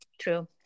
True